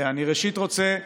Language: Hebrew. ראשית, אני רוצה,